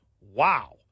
Wow